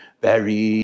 buried